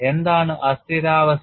എന്താണ് ആ അസ്ഥിരാവസ്ഥ